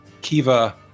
Kiva